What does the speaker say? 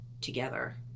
together